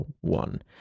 one